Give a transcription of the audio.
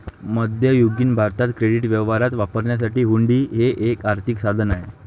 मध्ययुगीन भारतात क्रेडिट व्यवहारात वापरण्यासाठी हुंडी हे एक आर्थिक साधन होते